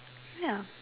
ya